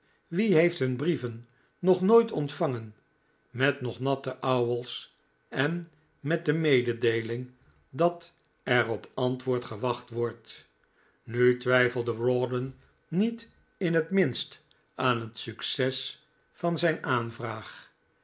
wie heeft hun brieven nog nooit ontvangen met nog natte ouwels en met de mededeeling dat er op antwoord gewacht wordt nu twijfelde rawdon niet in het minst aan het succes van zijn aanvraag